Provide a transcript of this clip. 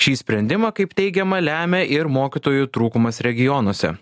šį sprendimą kaip teigiama lemia ir mokytojų trūkumas regionuose